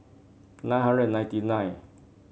nine hundred and ninety nine